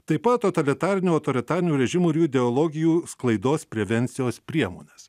taip pat totalitarinių autoritarinių režimų ir jų ideologijų sklaidos prevencijos priemones